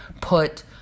put